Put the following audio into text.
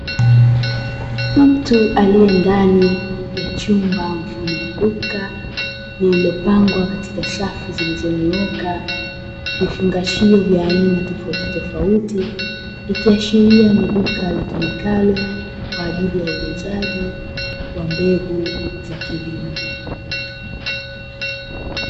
Mtu aliye ndani ya chumba mfano wa duka lililopangwa katika safu zilizonyooka, vifungashio vya aina tofautitofauti, ikiashiria ni duka litumikalo kwa ajili ya uuzaji wa mbegu za kilimo.